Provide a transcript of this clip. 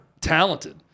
talented